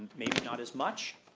maybe not as much,